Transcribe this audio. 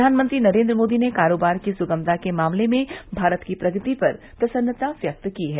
प्रधानमंत्री नरेन्द्र मोदी ने कारोबार की सुगमता के मामले में भारत की प्रगति पर प्रसन्नता व्यक्त की है